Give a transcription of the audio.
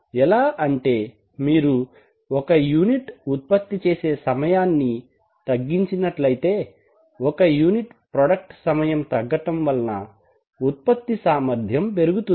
ఎలా అంటే మీరు ఒక యూనిట్ ఉత్పత్తి చేసే సమయాన్ని తగ్గించినట్లైతే ఒక యూనిట్ ప్రాడక్ట్ సమయం తగ్గటం వలన ఉత్పత్తి సామర్ధ్యం పెరుగుతుంది